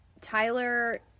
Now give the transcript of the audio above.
Tyler